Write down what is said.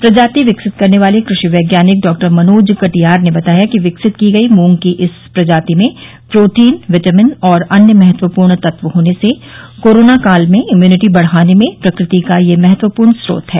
प्रजाति विकसित करने वाले कृषि वैज्ञानिक डॉ मनोज कटियार ने बताया कि विकसित की गयी मूंग की इस प्रजाति में प्रोटीन विटामिन और अन्य महत्वपूर्ण तत्व होने से कोरोना काल में इम्यूनिटी बढ़ाने में यह प्रकृति का यह महत्वपूर्ण स्रोत है